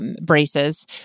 braces